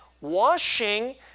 washing